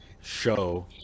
show